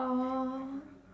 oh